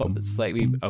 slightly